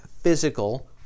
physical